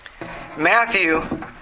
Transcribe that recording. Matthew